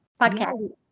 podcast